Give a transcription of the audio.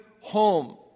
home